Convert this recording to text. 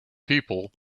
people